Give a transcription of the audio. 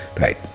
right